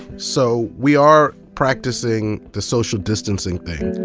so we are practicing the social distancing thing.